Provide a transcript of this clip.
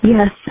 Yes